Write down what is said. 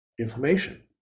inflammation